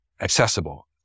accessible